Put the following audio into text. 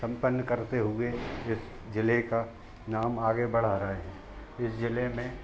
सम्पन्न करते हुए इस ज़िले का नाम आगे बढ़ा रहे हैं इस ज़िले में